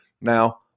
Now